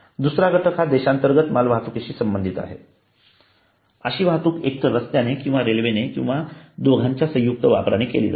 दुसरा घटक देशांतर्गत मालवाहतुकीशी संबंधित आहे अशी वाहतूक एकतर रस्त्याने किंवा रेल्वेने किंवा दोघांच्या संयुक्त वापराने केली जाते